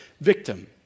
victim